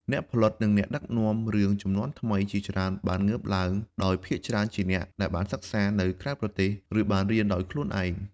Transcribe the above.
អ្នកផលិត និងអ្នកដឹកនាំរឿងជំនាន់ថ្មីជាច្រើនបានងើបឡើង ដោយភាគច្រើនជាអ្នកដែលបានសិក្សានៅក្រៅប្រទេស ឬបានរៀនដោយខ្លួនឯង។